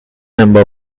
number